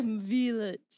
village